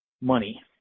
money